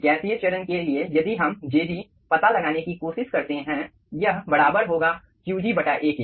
गैसीय चरण के लिए यदि हम jg पता लगाने की कोशिश करते हैं यह बराबर होगा Qg A के